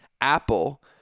Apple